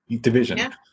Division